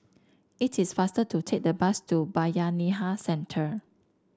it is faster to take the bus to Bayanihan Centre